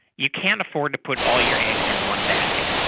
you can't afford to put all your eggs in one basket.